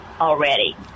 already